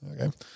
Okay